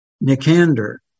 Nicander